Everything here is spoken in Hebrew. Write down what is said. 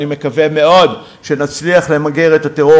אני מקווה מאוד שנצליח למגר את הטרור